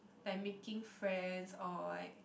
like making friends or like